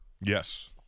Yes